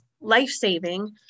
life-saving